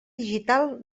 digital